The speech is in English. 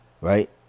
right